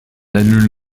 annule